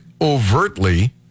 overtly